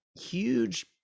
huge